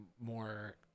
more